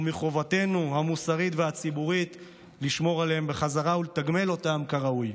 ומחובתנו המוסרית והציבורית לשמור עליהם בחזרה ולתגמל אותם כראוי.